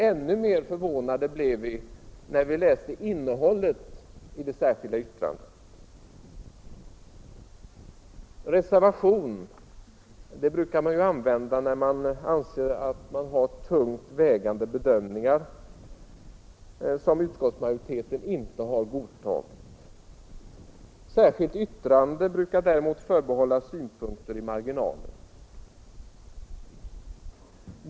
Ännu mer förvånade blev vi när vi läste innehållet i det särskilda yttrandet. Reservation brukar man ju tillgripa när man anser att man har tungt vägande bedömningar som utskottsmajoriteten inte har godtagit. Särskilt yttrande brukar däremot förebehållas synpunkter i marginalen.